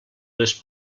les